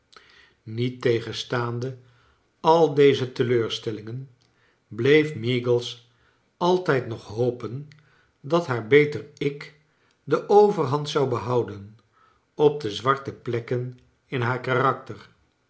niettegenstaande al deze teleurstellingen bleef meagles altijd nog hopen dat haar beter-ik de overhand zou behouden op de zwarte plekken in haar kaxakter